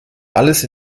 alles